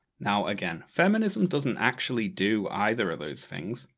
now, again feminism doesn't actually do either of those things.